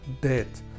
dead